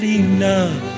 enough